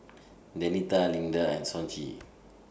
Danita Leander and Sonji